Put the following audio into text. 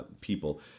people